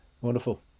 wonderful